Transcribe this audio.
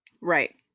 Right